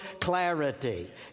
clarity